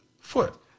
foot